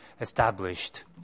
established